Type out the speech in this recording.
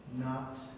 not-